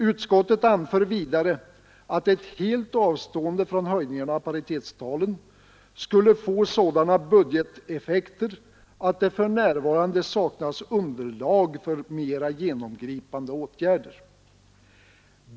Utskottet anför vidare att ett helt avstående från höjningar av paritetstalen skulle få sådana budgeteteffekter att det för närvarande saknas underlag för mera genomgripande åtgärder.